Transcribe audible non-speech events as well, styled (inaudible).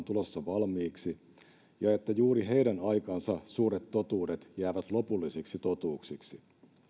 (unintelligible) tulossa valmiiksi ja että juuri heidän aikansa suuret totuudet jäävät lopullisiksi totuuksiksi